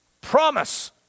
Promise